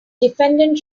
defendant